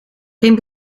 geen